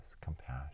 compassion